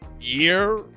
year